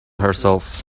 herself